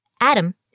Adam